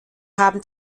haben